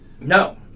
No